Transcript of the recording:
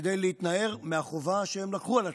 כדי להתנער מהחובה שהם לקחו על עצמם,